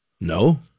No